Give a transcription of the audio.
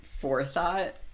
forethought